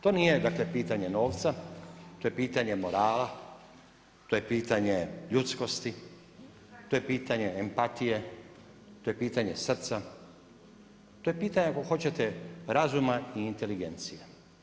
To nije dakle pitanje novca, to je pitanje morala, to je pitanje ljudskosti, to je pitanje empatije, to je pitanje srca, to je pitanje ako hoćete, razuma i inteligencije.